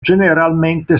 generalmente